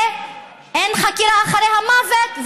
ואין חקירה אחרי המוות,